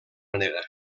manera